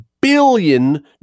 billion